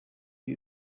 wie